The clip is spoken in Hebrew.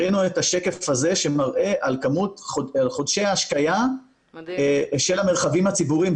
הראינו את השקף הזה שמראה על כמות חודשי השקיה של המרחבים הציבוריים.